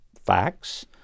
facts